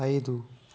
ఐదు